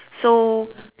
so